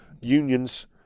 unions